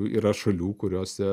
yra šalių kuriose